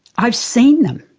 i've seen them.